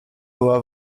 była